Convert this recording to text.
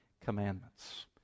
commandments